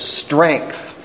strength